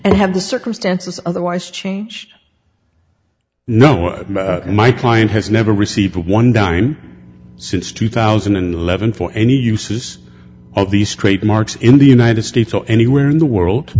and had the circumstances otherwise changed no my client has never received one dime since two thousand and eleven for any uses of these trademarks in the united states or anywhere in the world